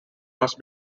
must